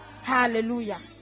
Hallelujah